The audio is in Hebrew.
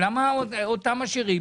למה אותן משאירים?